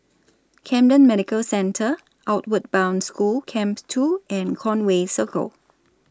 Camden Medical Centre Outward Bound School Camp two and Conway Circle